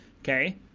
okay